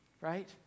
right